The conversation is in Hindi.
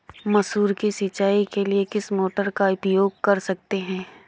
मसूर की सिंचाई के लिए किस मोटर का उपयोग कर सकते हैं?